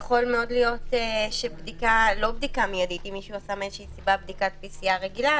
אם מישהו עשה בדיקת PCR רגילה,